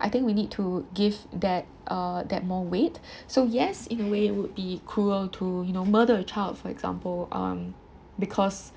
I think we need to give that uh that more weight so yes in a way it would be cruel to you know murder a child for example um because